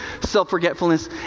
self-forgetfulness